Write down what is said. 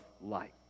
light